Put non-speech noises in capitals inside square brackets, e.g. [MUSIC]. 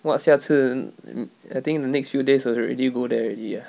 what 下次 [NOISE] I think the next few days must already go there already lah